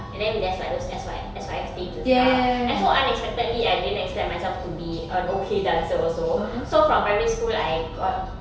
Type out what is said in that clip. and then there's like those S_Y~ S_Y_F things and stuff and so unexpectedly I didn't expect myself to be an okay dancer also so from primary school I got